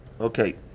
Okay